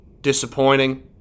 disappointing